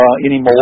anymore